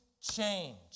change